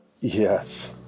yes